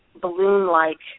balloon-like